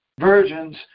virgins